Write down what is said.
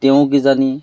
তেওঁ কিজানি